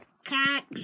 Cat